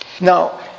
Now